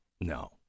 No